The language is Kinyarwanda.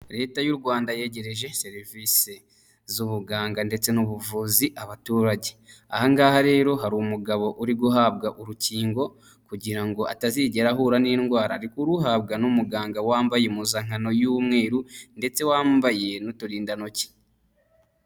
Leta y'u Rwanda yegereje serivisi z'ubuganga ndetse n'ubuvuzi abaturage. Aha ngaha rero hari umugabo uri guhabwa urukingo, kugira ngo atazigera ahura n'indwara. Ari kuruhabwa n'umuganga wambaye impuzankano y'umweru ndetse wambaye n'uturindantoki.